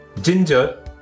ginger